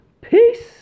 Peace